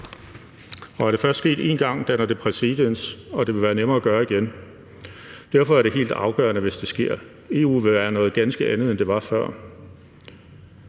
Og er det først sket en gang, danner det præcedens, og det vil være nemmere at gøre igen. Derfor er det helt afgørende, hvis det sker – EU vil være noget ganske andet, end det var før.